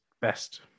best